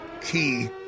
key